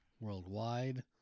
Worldwide